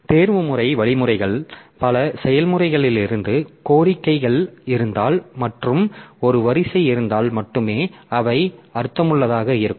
தேர்வுமுறை வழிமுறைகள் பல செயல்முறைகளிலிருந்து கோரிக்கைகள் இருந்தால் மற்றும் ஒரு வரிசை இருந்தால் மட்டுமே அவை அர்த்தமுள்ளதாக இருக்கும்